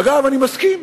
אגב, אני מסכים.